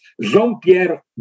Jean-Pierre